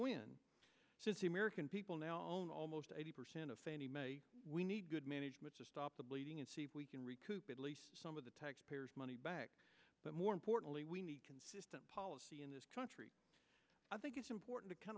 win since the american people now own almost eighty percent of fannie mae we need good management to stop the bleeding and see if we can recoup at least some of the taxpayers money but more importantly we need consistent policy in this country i think it's important to